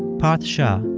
parth shah,